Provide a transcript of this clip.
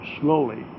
slowly